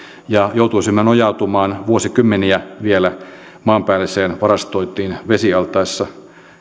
ja että joutuisimme nojautumaan vuosikymmeniä vielä maanpäälliseen varastointiin vesialtaissa